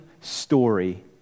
story